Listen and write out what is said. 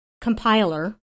compiler